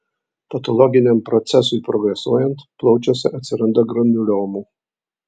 patologiniam procesui progresuojant plaučiuose atsiranda granuliomų